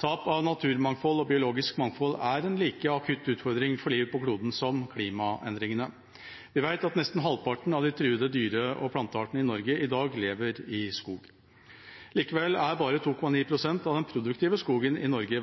Tap av naturmangfold og biologisk mangfold er en like akutt utfordring for livet på kloden som klimaendringene. Vi vet at nesten halvparten av de truede dyre- og planteartene i Norge i dag lever i skog. Likevel er bare 2,9 pst. av den produktive skogen i Norge